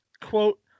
Quote